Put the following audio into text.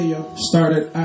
started